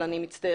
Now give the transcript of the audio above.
אבל אני מצטערת,